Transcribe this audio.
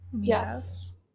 Yes